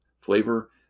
flavor